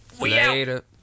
Later